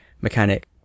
mechanic